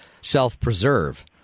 self-preserve